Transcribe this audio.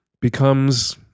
becomes